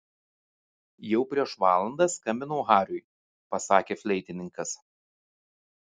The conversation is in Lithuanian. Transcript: jau prieš valandą skambinau hariui pasakė fleitininkas